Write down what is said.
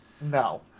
No